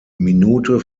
minute